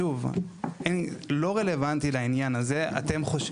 שוב, לא רלוונטי לעניין הזה -- למה?